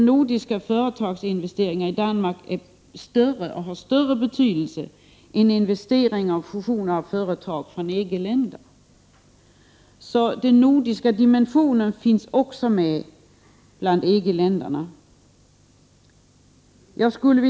Nordiska företags investeringar i Danmark är exempelvis större — och har större betydelse — än investeringar och fusioner som görs av företag från EG-länder. Den nordiska dimensionen finns alltså också med bland EG-länderna.